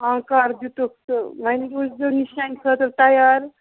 آ کر دِتُکھ سُہ وۄنۍ روزیو نِشانہِ خٲطرٕ تَیار